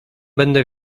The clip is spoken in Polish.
będę